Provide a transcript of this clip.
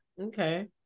okay